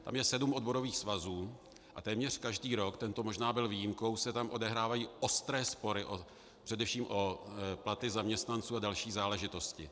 Tam je sedm odborových svazů a téměř každý rok, tento možná byl výjimkou, se tam odehrávají ostré spory, především o platy zaměstnanců a další záležitosti.